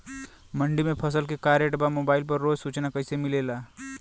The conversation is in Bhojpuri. मंडी में फसल के का रेट बा मोबाइल पर रोज सूचना कैसे मिलेला?